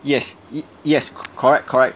yes yes correct correct